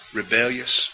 rebellious